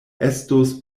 estos